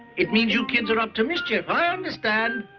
it means you kids are up to mischief. i understand.